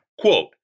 Quote